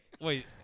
wait